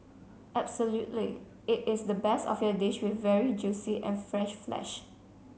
absolutely it is the best of your dish with very juicy and fresh flesh